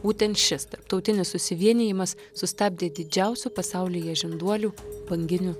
būtent šis tarptautinis susivienijimas sustabdė didžiausių pasaulyje žinduolių banginių